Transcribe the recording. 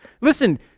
Listen